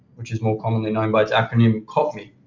which is more commonly known by its acronym, copmi.